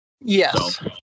Yes